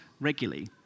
regularly